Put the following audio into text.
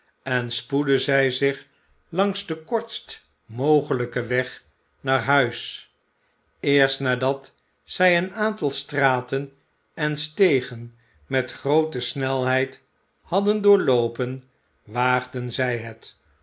en spoedden zij zich langs den kortst mogelijken weg naar huis eerst nadat zij een aantal straten en stegen met groote snelheid hadden doorloopen waagden zij het